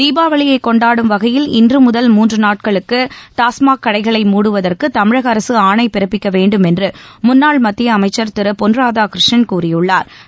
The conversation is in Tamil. தீபாவளியை கொண்டாடும் வகையில் இன்று முதல் மூன்று நாட்களுக்கு டாஸ்மாக் கடைகளை மூடுவதற்கு தமிழக அரசு ஆணை பிறப்பிக்க வேண்டும் என்று முன்னாள் மத்திய அமைச்ச் திரு பொன் ராதாகிருஷ்ணன் கூறியுள்ளா்